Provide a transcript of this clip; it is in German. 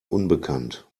unbekannt